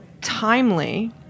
timely